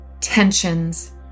tensions